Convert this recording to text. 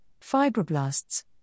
fibroblasts